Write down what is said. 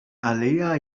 alea